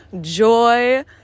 joy